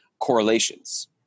correlations